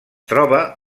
troba